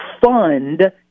fund